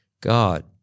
God